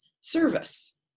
service